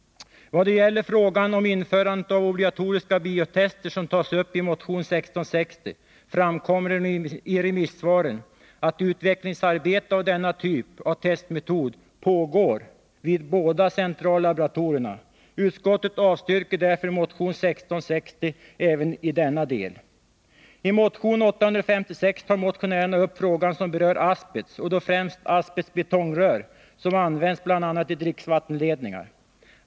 Vad gäller frågan om införandet av obligatoriska biotester som tas upp i motion 1660 framkommer i remissvaren att utvecklingsarbete med denna typ av testmetod pågår vid båda centrallaboratorierna. Utskottet avstyrker därför motion 1660 även i denna del. I motion 856 tar motionärerna upp frågor som berör asbest och då främst asbestbetongrör som används i bl.a. dricksvattenledningar.